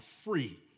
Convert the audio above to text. free